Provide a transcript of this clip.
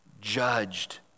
judged